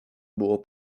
było